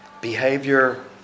Behavior